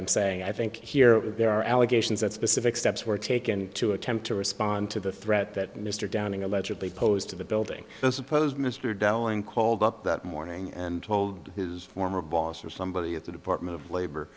i'm saying i think here there are allegations that specific steps were taken to attempt to respond to the threat that mr downing allegedly posed to the building i suppose mr dowling called up that morning and told his former boss or somebody at the department of labor